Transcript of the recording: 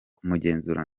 kumugenzura